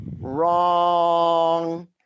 Wrong